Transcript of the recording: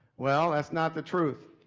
well, that's not the truth.